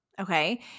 okay